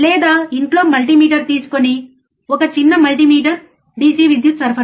లేదా ఇంట్లో మల్టీమీటర్ తీసుకొని ఒక చిన్న మల్టిమీటర్ DC విద్యుత్ సరఫరా